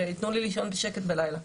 שייתנו לי לישון בשקט בלילה.